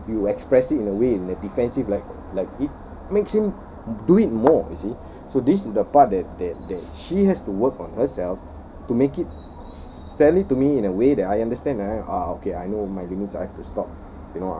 you you express it in a way in a defensive like like it makes him do it more you see so this is the part that that that she has to work on herself to make it s~ sell it to me in a way that I understand ah okay I know my limits I have to stop